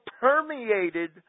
permeated